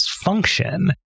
function